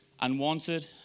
Unwanted